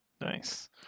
Nice